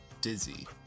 Dizzy